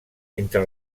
entre